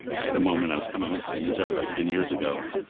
i had a moment i was coming home from the newshour about ten years ago,